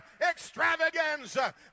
extravaganza